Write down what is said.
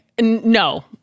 No